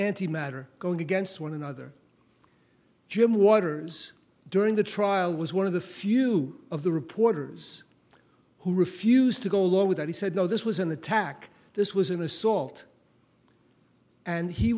anti matter going against one another jim waters during the trial was one of the few of the reporters who refused to go along with that he said no this was an attack this was an assault and he